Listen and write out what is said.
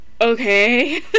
okay